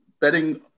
betting